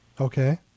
Okay